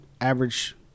average